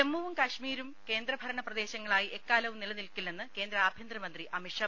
ജമ്മുവും കശ്മീരും കേന്ദ്രഭരണ പ്രദേശങ്ങളായി എക്കാലവും നിലനിൽക്കില്ലെന്ന് കേന്ദ്ര ആഭ്യന്തരമന്ത്രി അമിത് ഷാ